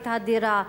את הדירה,